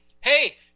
Hey